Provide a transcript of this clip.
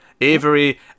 Avery